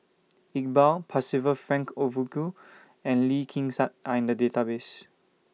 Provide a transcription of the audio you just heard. Iqbal Percival Frank Aroozoo and Lee Kin Tat Are in The Database